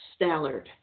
Stallard